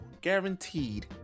guaranteed